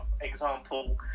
example